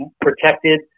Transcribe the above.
protected